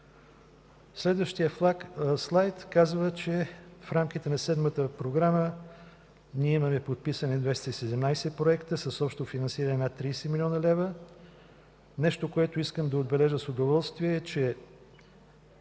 Следващият слайд казва, че в рамките на Седмата програма ние имаме подписани 217 проекта с общо финансиране над 30 млн. лв. Нещо, което искам да отбележа с удоволствие, е, че